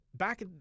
Back